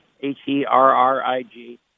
H-E-R-R-I-G